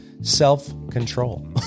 Self-control